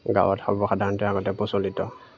গাঁৱত সৰ্বসাধাৰণতে আগতে প্ৰচলিত